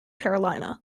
carolina